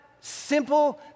simple